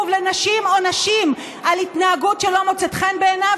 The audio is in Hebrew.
לנשים עונשים על התנהגות שלא מוצאת חן בעיניו,